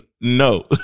No